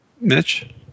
Mitch